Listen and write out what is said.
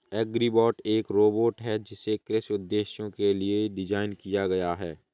agribot एक robot है जिसे कृषि उद्देश्यों के लिए डिज़ाइन किया गया है